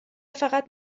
فقط